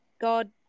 God